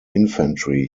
infantry